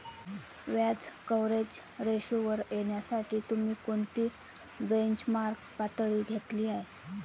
व्याज कव्हरेज रेशोवर येण्यासाठी तुम्ही कोणती बेंचमार्क पातळी घेतली आहे?